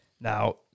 Now